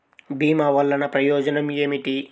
భీమ వల్లన ప్రయోజనం ఏమిటి?